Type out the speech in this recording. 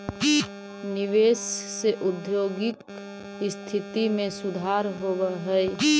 निवेश से औद्योगिक स्थिति में सुधार होवऽ हई